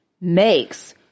makes